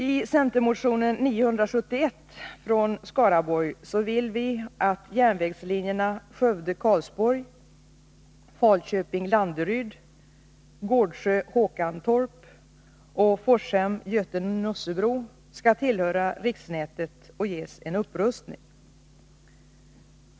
I centermotionen 971 från Skaraborg vill vi att järnvägslinjerna Skövde-Karlsborg, Falköping-Landeryd, Gårdsjö-Håkantorp och Forshem-Götene-Nossebro skall tillhöra riksnätet och ges en upprustning.